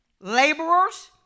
laborers